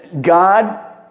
God